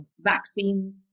vaccine